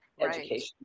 education